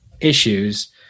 issues